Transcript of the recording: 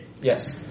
Yes